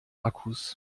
akkus